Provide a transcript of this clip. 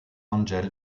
angel